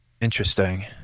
interesting